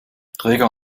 träger